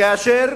כאשר